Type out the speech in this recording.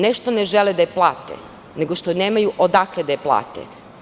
Ne što ne žele da je plate, nego što nemaju odakle da je plate.